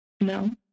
No